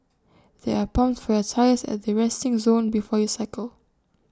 there are pumps for your tyres at the resting zone before you cycle